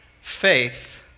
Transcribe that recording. faith